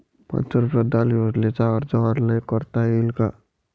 पंतप्रधान योजनेचा अर्ज ऑनलाईन करता येईन का?